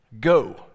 Go